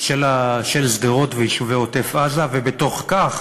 של שדרות ויישובי עוטף-עזה, ובתוך כך